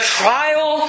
trial